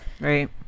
Right